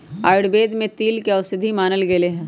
आयुर्वेद में तिल के औषधि मानल गैले है